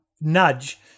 nudge